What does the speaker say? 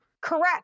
Correct